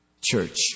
church